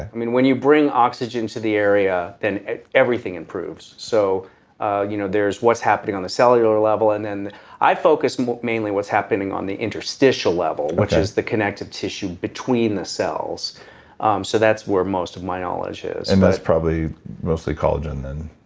and when you bring oxygen to the area, then everything improves. so ah you know there's what's happening on the cellular level and then i focus mainly what's happening on the interstitial level which is the connective tissue between the cells um so that's where most of my knowledge is and that's probably mostly collagen and,